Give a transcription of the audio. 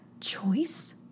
choice